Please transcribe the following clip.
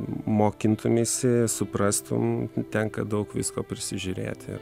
mokintumeisi suprastum tenka daug visko prisižiūrėti